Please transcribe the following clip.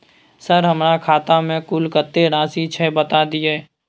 Sir हमरा खाता में कुल कत्ते राशि छै बता दिय?